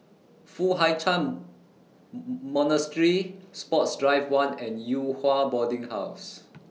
Foo Hai Ch'An Monastery Sports Drive one and Yew Hua Boarding House